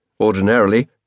Ordinarily